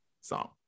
song